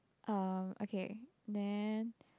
um okay then